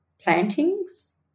plantings